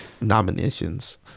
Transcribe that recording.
nominations